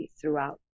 throughout